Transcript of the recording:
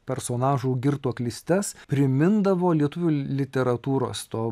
personažų girtuoklystes primindavo lietuvių literatūros to